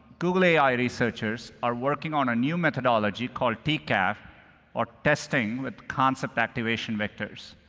google ai researchers are working on a new methodology called tcav, or testing with concept activation vectors.